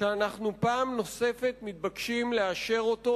שאנחנו פעם נוספת מתבקשים לאשר אותו.